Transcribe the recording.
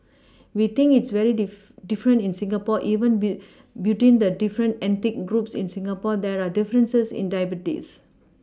we think it's very different in Singapore even be between the different ethnic groups in Singapore there are differences in diabetes